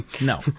no